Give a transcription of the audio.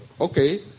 okay